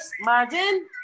margin